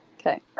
Okay